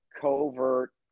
covert